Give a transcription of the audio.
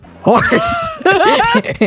Horse